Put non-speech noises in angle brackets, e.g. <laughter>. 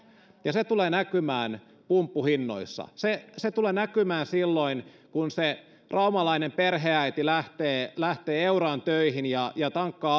ja se tulee näkymään pumppuhinnoissa se se tulee näkymään silloin kun se raumalainen perheenäiti lähtee lähtee euraan töihin ja ja tankkaa <unintelligible>